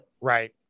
right